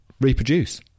reproduce